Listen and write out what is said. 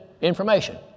information